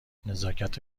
نزاکت